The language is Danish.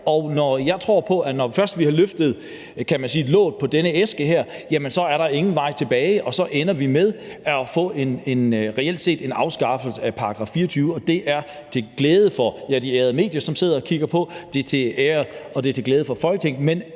Og jeg tror på, at når først vi har løftet låget, kan man sige, på den æske her, så er der ingen vej tilbage, og så ender vi med reelt set at få en afskaffelse af § 24, og det er til glæde for de ærede medier, som sidder og kigger på, det er til ære og glæde for Folketinget,